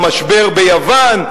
למשבר ביוון?